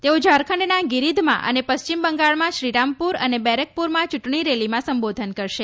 તેઓ ઝારખંડમાં ગીરીધમાં અને પશ્ચિમ બંગાળમાં શ્રીરામપ્રર અને બેરેકપ્રરમાં ચૂંટણી રેલીમાં સંબોધન કરશે